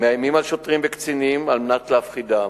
מאיימים על שוטרים וקצינים על מנת להפחידם.